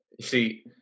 See